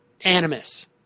animus